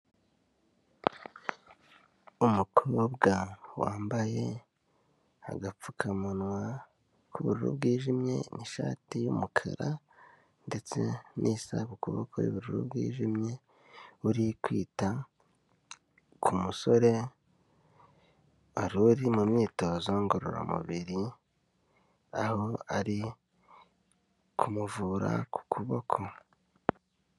Umukobwa wambaye agapfukamunwa k'ubururu bwijimye n'ishati y'umukara ndetse n'isaha k'ukuboko y'ubururu bwijimye uri kwita ku musore wari uri mu myitozo ngororamubiri, aho ari kumuvura ku kuboko.